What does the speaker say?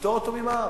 לפטור אותו ממע"מ.